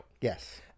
Yes